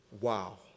Wow